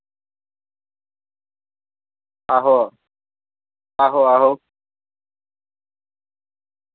आहो आहो आहो